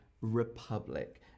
republic